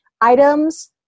items